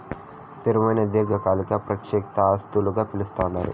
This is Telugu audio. స్థిరమైన దీర్ఘకాలిక ప్రత్యక్ష ఆస్తులుగా పిలుస్తారు